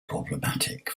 problematic